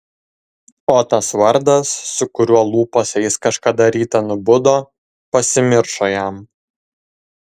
o tas vardas su kuriuo lūpose jis kažkada rytą nubudo pasimiršo jam